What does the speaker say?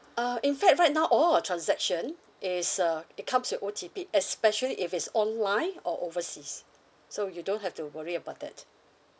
uh in fact right now all our transaction is uh it comes with O_T_P especially if it's online or overseas so you don't have to worry about that